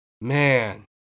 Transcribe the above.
Man